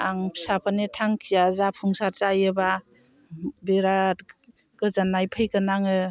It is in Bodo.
आं फिसाफोरनि थांखिया जाफुंसार जायोब्ला बिराद गोजोननाय फैगोन आङो